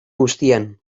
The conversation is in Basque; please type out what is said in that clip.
guztian